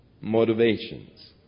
motivations